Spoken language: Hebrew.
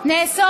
נעשות.